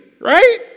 right